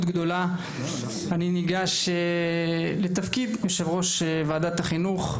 גדולה אני ניגש לתפקיד יושב-ראש ועדת החינוך,